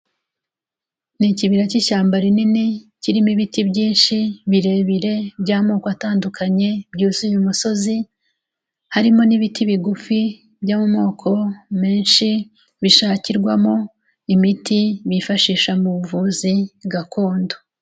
Ni ikibira cy'ishyamba rinini, kirimo ibiti byinshi, birebire, by'amoko atandukanye, byuzuye umusozi, harimo n'ibiti bigufi, byo mu moko menshi, bishakirwamo imiti, bifashisha mu buvuzi gakondo.